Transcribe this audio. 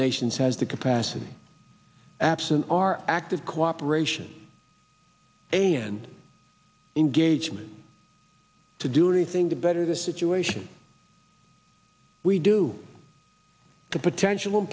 nations has the capacity absent our active cooperation and engagement to do anything to better the situation we do the potential